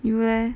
you leh